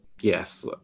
yes